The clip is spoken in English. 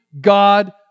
God